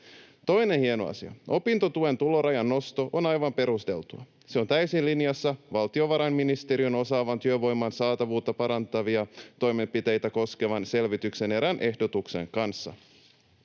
Toinen hieno asia, opintotuen tulorajan nosto, on aivan perusteltua. Se on täysin linjassa valtiovarainministeriön osaavan työvoiman saatavuutta parantavia toimenpiteitä koskevan selvityksen erään ehdotuksen kanssa.